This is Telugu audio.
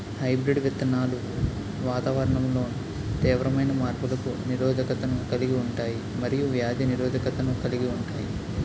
హైబ్రిడ్ విత్తనాలు వాతావరణంలో తీవ్రమైన మార్పులకు నిరోధకతను కలిగి ఉంటాయి మరియు వ్యాధి నిరోధకతను కలిగి ఉంటాయి